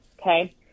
okay